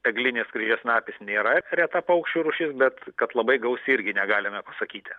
eglinis kryžiasnapis nėra reta paukščių rūšis bet kad labai gausi irgi negalime sakyti